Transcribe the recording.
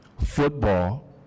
football